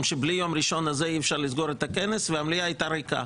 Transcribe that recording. שבלי יום ראשון הזה אי אפשר לסגור את הכנס והמליאה הייתה ריקה.